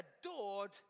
adored